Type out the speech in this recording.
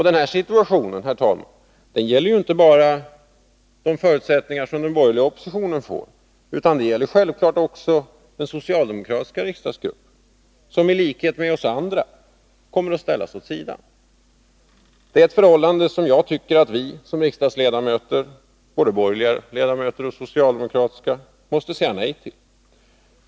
Detta, herr talman, gäller inte bara den borgerliga oppositionens förutsättningar utan det gäller självfallet också den socialdemokratiska riksdagsgruppen som, liksom vi andra, kommer att ställas åt sidan. Det är ett förhållande som jag tycker att vi riksdagsledamöter — både borgerliga och socialdemokratiska — måste säga nej till.